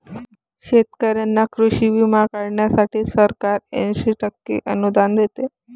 शेतकऱ्यांना कृषी विमा काढण्यासाठी सरकार ऐंशी टक्के अनुदान देते